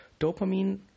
dopamine